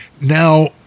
now